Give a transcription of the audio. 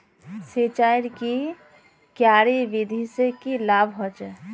सिंचाईर की क्यारी विधि से की लाभ होचे?